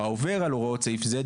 העובר על הוראות סעיף זה,